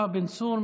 יואב בן צור,